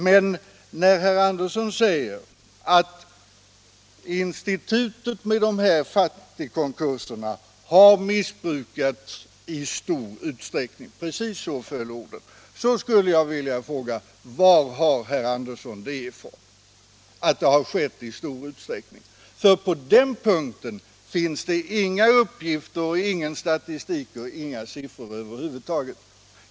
Men när herr Andersson i Södertälje säger att institutet fattigkonkurser har missbrukats i stor utsträckning — precis så föll orden — skulle jag vilja fråga: Varifrån har herr Andersson fått att det skett i stor utsträckning? På den punkten finns det inga uppgifter, ingen statistik eller några siffror över huvud taget.